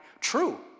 True